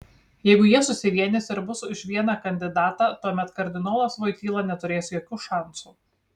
jeigu jie susivienys ir bus už vieną kandidatą tuomet kardinolas voityla neturės jokių šansų